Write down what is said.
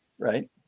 right